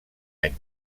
any